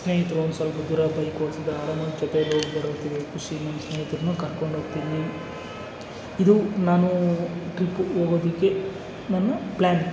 ಸ್ನೇಹಿತರು ಒಂದ್ಸ್ವಲ್ಪ ದೂರ ಬೈಕ್ ಓಡಿಸಿದಾಗ ಜೊತೇಲಿ ಖುಷಿಲಿ ಸ್ನೇಹಿತರನ್ನೂ ಕರ್ಕೊಂಡು ಹೋಗ್ತೀನಿ ಇದು ನಾನು ಟ್ರಿಪ್ಪಿಗೆ ಹೋಗೋದಕ್ಕೆ ನನ್ನ ಪ್ಲ್ಯಾನ್